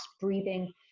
breathing